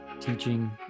teaching